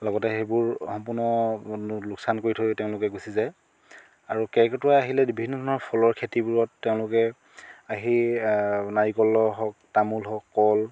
লগতে সেইবোৰ সম্পূৰ্ণ লোকচান কৰি থৈ তেওঁলোকে গুচি যায় আৰু কেৰ্কেটুৱা আহিলে বিভিন্ন ধৰণৰ ফলৰ খেতিবোৰত তেওঁলোকে সেই নাৰিকলৰ হওক তামোল হওক কল